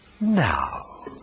Now